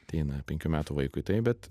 ateina penkių metų vaikui tai bet